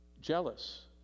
Jealous